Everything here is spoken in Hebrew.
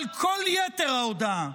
אבל כל יתר ההודעה,